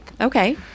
Okay